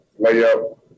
Layup